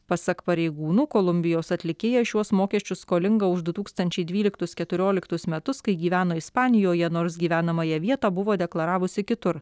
pasak pareigūnų kolumbijos atlikėja šiuos mokesčius skolinga už du tūkstančiai dvyliktus keturioliktus metus kai gyveno ispanijoje nors gyvenamąją vietą buvo deklaravusi kitur